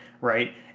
right